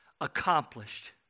Accomplished